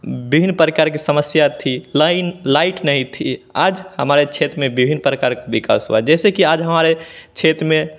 भिन्न प्रकार की समस्या थी लाइन लाइट नहीं थी आज हमारे क्षेत्र में विभिन्न प्रकार का विकास हुआ जैसे कि आज हमारे क्षेत्र में